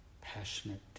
passionate